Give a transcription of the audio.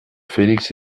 felix